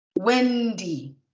Wendy